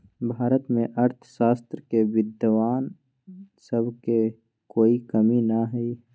भारत में अर्थशास्त्र के विद्वान सब के कोई कमी न हई